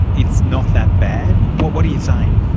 it's not that bad? what what are you saying?